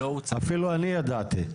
אפילו אני ידעתי.